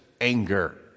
anger